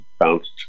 bounced